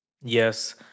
Yes